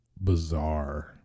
bizarre